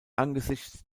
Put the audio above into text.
angesichts